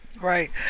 Right